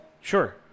Sure